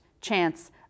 chance